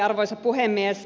arvoisa puhemies